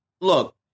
look